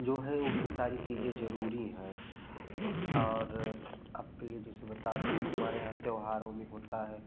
जो है वो भी सारी चीज़ें जरूरी हैं और आपके लिए जैसे बता दें हम हमारे यहाँ त्योहारों में होता है